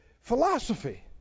philosophy